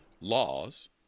laws